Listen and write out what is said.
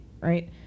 Right